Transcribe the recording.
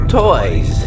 toys